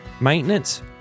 maintenance